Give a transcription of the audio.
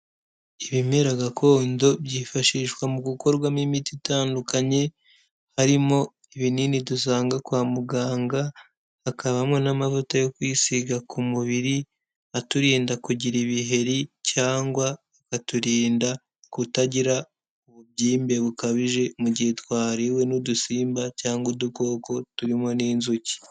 Ibimera gakondo, byifashishwa mu gukorwamo imiti itandukanye, harimo ibinini dusanga kwa muganga, hakabamo n'amavuta yo kwisiga ku mubiri, aturinda kugira ibiheri, cyangwa aturinda kutagira ububyimbe bukabije mu gihe twariwe n'udusimba, cyangwa udukoko turimo n'inzuki.